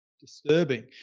disturbing